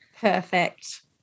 Perfect